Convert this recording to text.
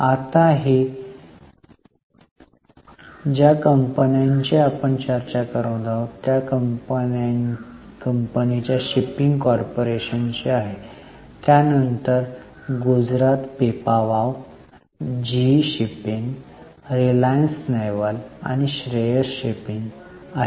आता ही ज्या कंपनीची आपण चर्चा करीत होतो त्या कंपनीच्या शिपिंग कॉर्पोरेशनसाठी आहे त्यानंतर Gujarat Pipavav GE shipping Reliance naval आणि श्रेयस शिपिंग आहे